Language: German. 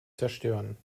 zerstören